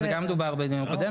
זה גם דובר בדיון הקודם,